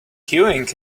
queuing